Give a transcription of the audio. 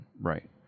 right